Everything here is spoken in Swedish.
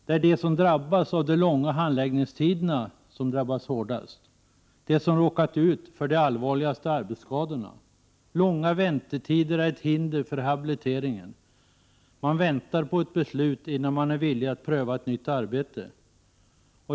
Det är de som utsätts för de långa handläggningstiderna som drabbas hårdast, dvs. de som har råkat ut för de allvarligaste arbetsskadorna. Långa väntetider är ett hinder för rehabilitering. Man väntar på ett beslut innan man är villig att pröva ett nytt arbete.